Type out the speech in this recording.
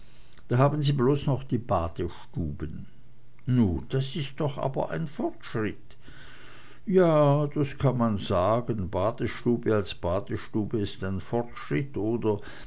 da haben sie bloß noch die badestuben nu das is aber doch ein fortschritt ja das kann man sagen badestube als badestube ist ein fortschritt oder